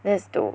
that's dope